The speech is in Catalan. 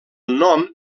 nom